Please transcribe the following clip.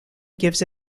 gives